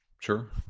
Sure